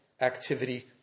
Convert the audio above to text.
activity